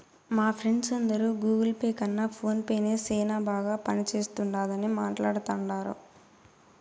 మా ఫ్రెండ్స్ అందరు Google pay కన్న ఫోన్ పే నే సేనా బాగా పనిచేస్తుండాదని మాట్లాడతాండారు